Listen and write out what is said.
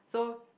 so